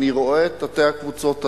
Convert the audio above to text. אני רואה את תתי-הקבוצות הללו,